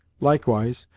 likewise,